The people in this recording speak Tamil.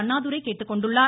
அண்ணாதுரை கேட்டுக்கொண்டுள்ளார்